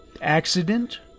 accident